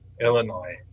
Illinois